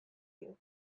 you